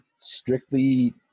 strictly